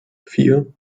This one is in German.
vier